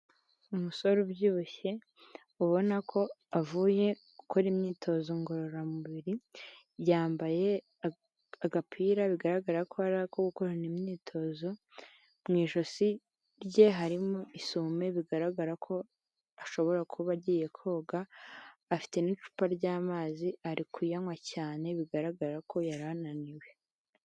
Umusore ubyibushye ubona ko avuye gukora imyitozo ngororamubiri, yambaye agapira bigaragara ko ari ako gukorana imyitozo, mu ijosi rye harimo isume bigaragara ko ashobora kuba agiye koga, afite n'icupa ry'amazi ari kuyanywa cyane, bigaragara ko yari ananiwe.